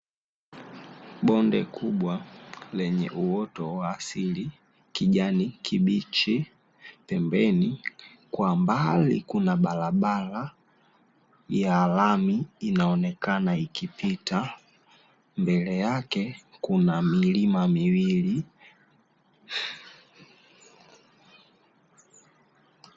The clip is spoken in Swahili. Kundi kubwa lenye uoto wa asili kijani kibichi, pembeni kwa mbali kuna barabara ya lami inaoonekana ikipita, mbele yake kuna milima miwili.